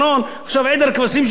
עכשיו עדר כבשים של ביבי.